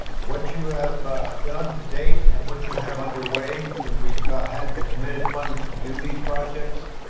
what you have done to date and what you have underway when we've had the committed funds to do these projects,